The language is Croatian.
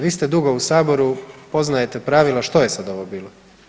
Vi ste dugo u Saboru, poznajete pravila, što je sad ovo bilo?